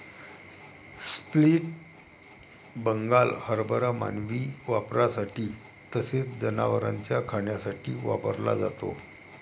split Bengal हरभरा मानवी वापरासाठी तसेच जनावरांना खाण्यासाठी वापरला जातो